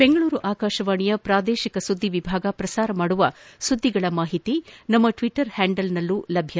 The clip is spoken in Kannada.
ಬೆಂಗಳೂರು ಆಕಾಶವಾಣಿಯ ಪ್ರಾದೇಶಿಕ ಸುದ್ದಿ ವಿಭಾಗ ಪ್ರಸಾರ ಮಾಡುವ ಸುದ್ದಿಗಳ ಮಾಹಿತಿ ನಮ್ಮ ಟ್ವಟರ್ ಹ್ಯಾಂಡಲ್ನಲ್ಲೂ ಲಭ್ಯ